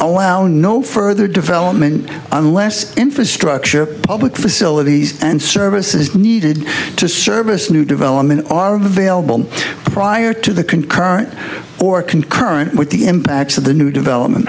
allow no further development unless infrastructure public facilities and services needed to service new development are available prior to the concurrent or concurrent with the impacts of the new development